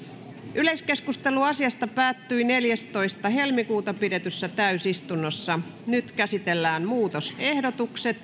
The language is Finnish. yleiskeskustelu asiasta päättyi neljästoista toista kaksituhattayhdeksäntoista pidetyssä täysistunnossa nyt käsitellään muutosehdotukset